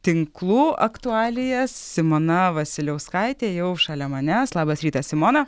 tinklų aktualijas simona vasiliauskaitė jau šalia manęs labas rytas simona